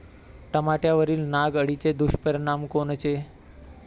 टमाट्यावरील नाग अळीचे दुष्परिणाम कोनचे?